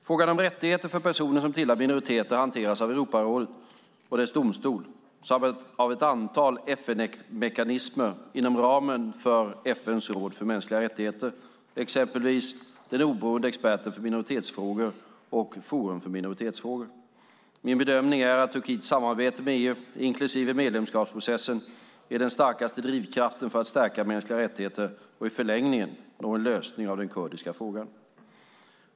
Frågan om rättigheter för personer som tillhör minoriteter hanteras av Europarådet och dess domstol samt av ett antal FN-mekanismer inom ramen för FN:s råd för mänskliga rättigheter, exempelvis den oberoende experten för minoritetsfrågor och Forum för minoritetsfrågor. Min bedömning är att Turkiets samarbete med EU, inklusive medlemskapsprocessen, är den starkaste drivkraften för att stärka mänskliga rättigheter och i förlängningen nå en lösning av den kurdiska frågan.